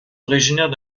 originaires